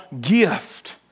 gift